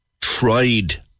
tried